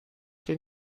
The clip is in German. den